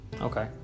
Okay